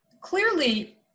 Clearly